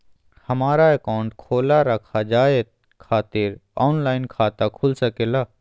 हमारा अकाउंट खोला रखा जाए खातिर ऑनलाइन खाता खुल सके ला?